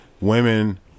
women